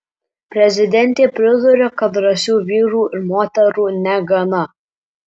prezidentė priduria kad drąsių vyrų ir moterų negana